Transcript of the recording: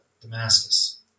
Damascus